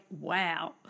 wow